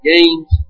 Games